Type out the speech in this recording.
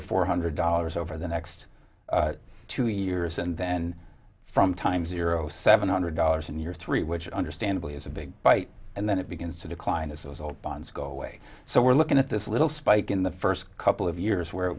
to four hundred dollars over the next two years and then from time zero seven hundred dollars in year three which understandably is a big bite and then it begins to decline as those old bonds go away so we're looking at this little spike in the first couple of years where it